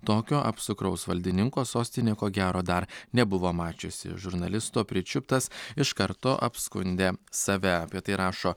tokio apsukraus valdininko sostinė ko gero dar nebuvo mačiusi žurnalisto pričiuptas iš karto apskundė save apie tai rašo